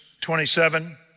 27